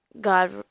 God